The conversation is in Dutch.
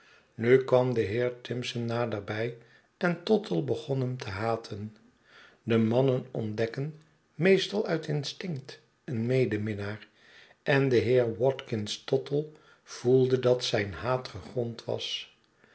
nu kwam de heer tirnson naderbij en tottle begon hem te haten de mannen ontdekken meestal uit instinkt een mederninnaar en de heer watkins tottle voelde dat zijn haat gegrond was